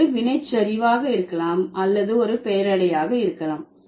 ஒன்று வினைச்சரிவாக இருக்கலாம் அல்லது ஒரு பெயரடையாக இருக்கலாம்